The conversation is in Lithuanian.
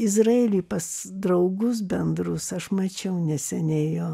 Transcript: izraely pas draugus bendrus aš mačiau neseniai jo